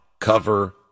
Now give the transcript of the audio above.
cover